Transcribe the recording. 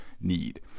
need